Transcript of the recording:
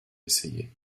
essayé